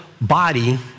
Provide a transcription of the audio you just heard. body